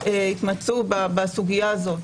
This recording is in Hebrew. התמצו בסוגיה הזו,